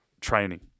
training